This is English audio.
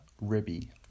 ribby